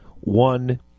one